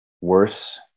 worse